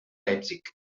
leipzig